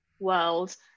world